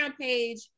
page